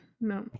no